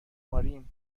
مارین